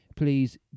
please